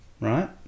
Right